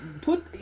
put